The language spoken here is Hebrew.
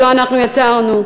שלא אנחנו יצרנו,